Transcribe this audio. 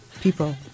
people